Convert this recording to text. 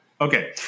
Okay